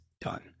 done